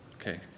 okay